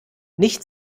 nicht